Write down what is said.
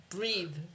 Breathe